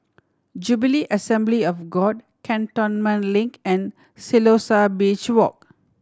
Jubilee Assembly of God Cantonment Link and Siloso Beach Walk